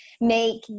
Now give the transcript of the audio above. make